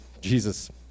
Jesus